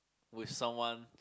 with someone